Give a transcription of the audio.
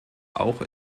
auch